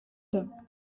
them